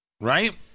right